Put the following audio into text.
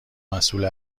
مسئول